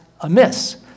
amiss